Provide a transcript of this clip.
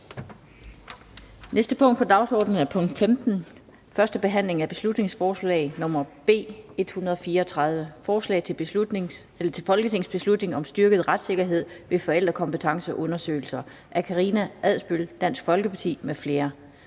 næste punkt på dagsordenen er: 15) 1. behandling af beslutningsforslag nr. B 134: Forslag til folketingsbeslutning om styrket retssikkerhed ved forældrekompetenceundersøgelser. Af Karina Adsbøl (DF) m.fl.